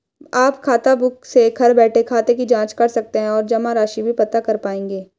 आप खाताबुक से घर बैठे खाते की जांच कर सकते हैं और जमा राशि भी पता कर पाएंगे